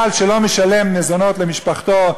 בעל שלא משלם מזונות למשפחתו,